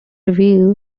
reveal